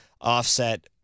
offset